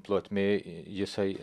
plotmėj jisai